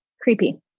creepy